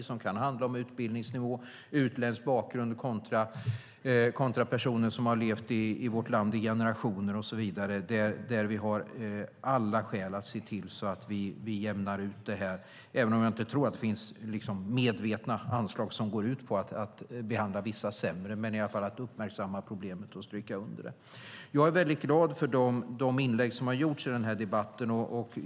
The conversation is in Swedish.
Det kan också handla om utbildningsnivå, personer med utländsk bakgrund kontra sådana som levt i vårt land i generationer och så vidare. Där har vi alla skäl att se till att jämna ut detta även om jag inte tror att det finns medvetna anslag som går ut på att behandla vissa sämre. Det gäller att uppmärksamma problemet ordentligt. Jag är väldigt glad för de inlägg som har gjorts i den här debatten.